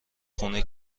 خونه